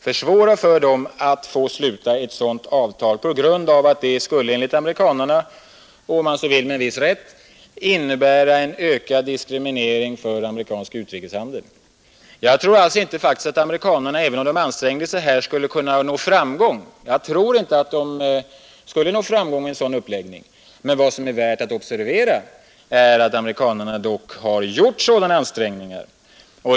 Amerikanerna anser nämligen — om man så vill med en viss rätt — att ett sådant avtal skulle innebära en ökad diskriminering av amerikansk utrikeshandel. Jag tror inte att amerikanerna, även om de ansträngde sig, skulle kunna nå framgång med en sådan uppläggning, men vad som är värt att notera är att de dock har gjort sådana framställningar.